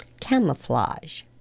Camouflage